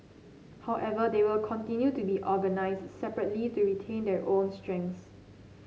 however they will continue to be organize separately to retain their own strengths